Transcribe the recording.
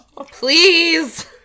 please